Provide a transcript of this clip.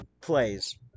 plays